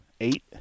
Eight